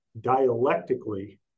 dialectically